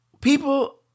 People